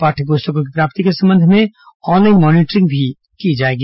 पाठ्य पुस्तकों की प्राप्ति के संबंध में ऑनलाइन मॉनिटरिंग भी की जाएगी